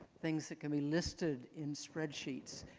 things that can be listed in spreadsheets.